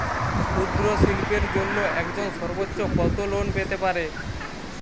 ক্ষুদ্রশিল্পের জন্য একজন সর্বোচ্চ কত লোন পেতে পারে?